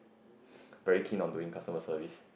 very keen on doing customer service